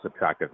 subtractive